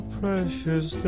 precious